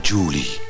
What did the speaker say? Julie